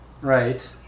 Right